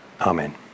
Amen